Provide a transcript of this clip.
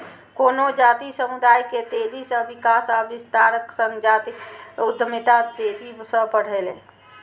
कोनो जातीय समुदाय के तेजी सं विकास आ विस्तारक संग जातीय उद्यमिता तेजी सं बढ़लैए